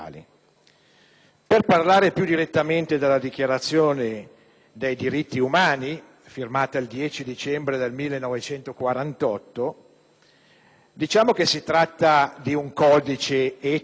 Per parlare più direttamente della Dichiarazione dei diritti umani, firmata il 10 dicembre 1948, ricordiamo che si tratta di un codice etico,